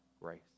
grace